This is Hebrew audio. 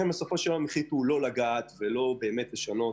בסופו של יום החליטו לא לגעת ולא לשנות